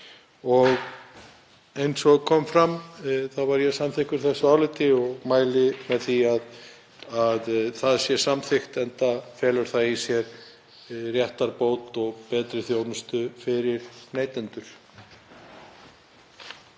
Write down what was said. Eins og kom fram er ég samþykkur þessu áliti og mæli með því að það verði samþykkt, enda felur það í sér réttarbót og betri þjónustu fyrir neytendur.